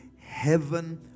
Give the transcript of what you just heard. heaven